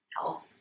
health